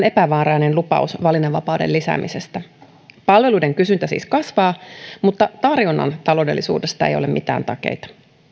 epämääräinen lupaus valinnanvapauden lisäämisestä palveluiden kysyntä siis kasvaa mutta tarjonnan taloudellisuudesta ei ole mitään takeita